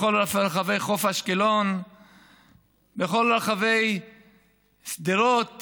בכל רחבי חוף אשקלון ובכל רחבי שדרות,